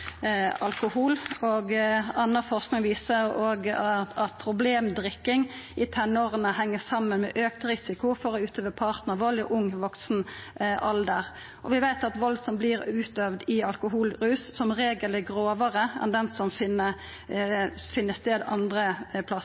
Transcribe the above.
alkohol. Anna forsking viser at problemdrikking i tenåra heng saman med auka risiko for å utøva partnarvald i ung vaksen alder. Vi veit at vald som vert utøvd i alkoholrus, som regel er grovare enn den som skjer andre